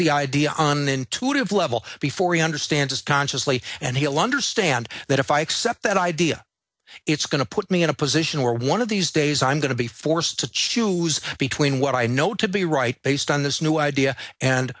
the idea on an intuitive level before he understands consciously and he'll understand that if i accept that idea it's going to put me in a position where one of these days i'm going to be forced to choose between what i know to be right based on this new idea and